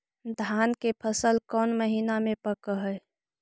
धान के फसल कौन महिना मे पक हैं?